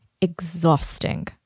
exhausting